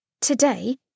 today